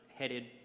headed